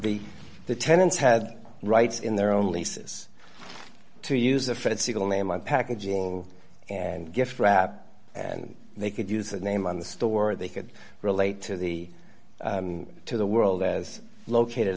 the tenants had rights in their own leases to use a fred siegel name on packaging and gift wrap and they could use the name on the store they could relate to the to the world as located